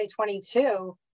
2022